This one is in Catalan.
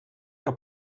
que